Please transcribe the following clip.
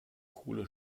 kohle